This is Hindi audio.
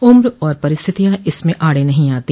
उम्र और परिस्थितियां इसमें आड़े नहीं आती